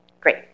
great